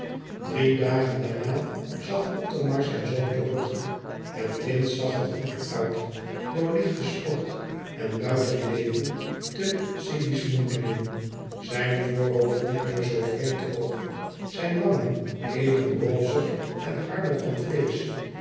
drie dagen daarna zag othomar zijn zoon terug het kind zag er goed uit door lichten sport en buitenleven te sigismundingen zijn voorhoofd niet meer zoo vreemd hoog zijn wangen even rozig en harder van vleesch